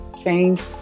Change